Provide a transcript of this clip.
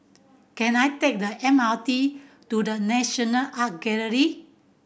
can I take the M R T to The National Art Gallery